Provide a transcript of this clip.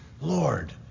Lord